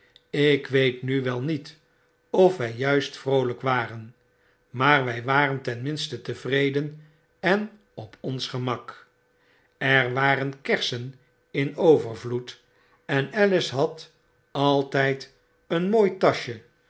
ik weet nu wel niet of wij juist vroolyk waren maar wij waren ten minste tevreden en op ons gemak er waren kersen in overvloed en alice had altjjd een mooi taschje